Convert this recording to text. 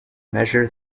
measure